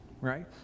right